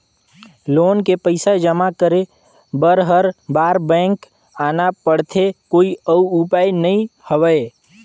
Loan के पईसा जमा करे बर हर बार बैंक आना पड़थे कोई अउ उपाय नइ हवय?